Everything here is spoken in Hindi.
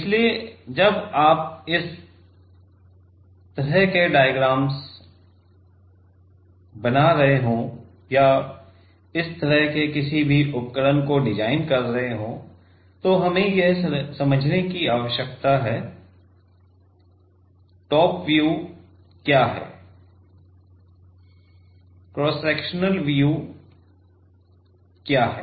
इसलिए जब आप इस तरह के डायग्राम बना रहे हों या इस तरह के किसी भी उपकरण को डिजाइन कर रहे हों तो हमें समझने की जरूरत है टॉप व्यू क्या है और क्रॉस सेक्शनल व्यू क्या है